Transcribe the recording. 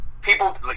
People